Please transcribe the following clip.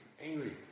angry